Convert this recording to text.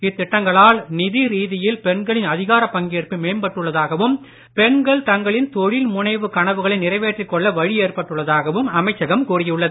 இத்திட்டங்களால் நிதி ரீதியில் பெண்களின் அதிகாரப் பங்கேற்பு மேம்பட்டுள்ளதாகவும் பெண்கள் தங்களின் தொழில் முனைவுக் கனவுகளை நிறைவேற்றிக் கொள்ள வழி ஏற்பட்டுள்ளதாகவும் அமைச்சகம் கூறியுள்ளது